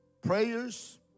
prayers